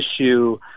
issue